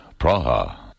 Praha